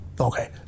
okay